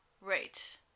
Right